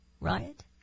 riot